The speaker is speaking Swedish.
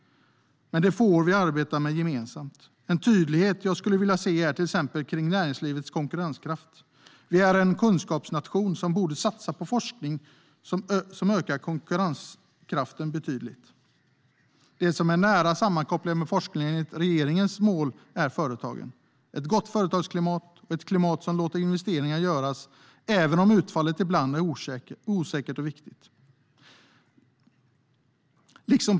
Men det får vi arbeta med gemensamt. En tydlighet jag skulle vilja se är till exempel om näringslivets konkurrenskraft. Sverige är en kunskapsnation som borde satsa på forskning som ökar konkurrenskraften betydligt. Det som är nära sammankopplat med forskningen enligt regeringens mål är företagen. Det handlar om ett gott företagsklimat och ett klimat som låter investeringar göras även om utfallet ibland är osäkert och viktigt.